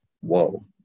whoa